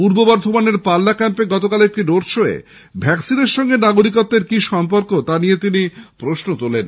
পূর্ব বর্ধমানের পাল্লা ক্যাম্পে গতকাল একটি রোড শো তে ভ্যাকসিনের সঙ্গে নাগরিকত্বের কি সম্পর্কে তা নিয়ে তিনি প্রশ্ন তোলেন